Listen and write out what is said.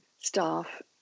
staff